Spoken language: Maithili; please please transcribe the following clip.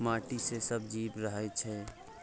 माटि मे सब जीब रहय छै